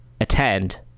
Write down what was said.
attend